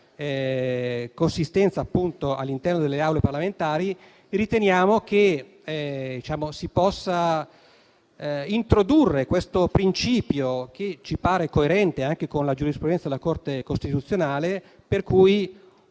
consistenza all'interno delle Aule parlamentari, riteniamo che si possa introdurre un principio che ci pare coerente anche con la giurisprudenza della Corte costituzionale: